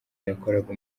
yakoraga